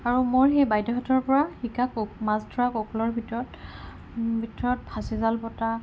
আৰু মই সেই বাইদেউহেঁতৰ পৰা শিকা কৌ মাছ ধৰা কৌশলৰ ভিতৰত ভিতৰত ফাঁচি জাল পতা